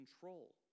control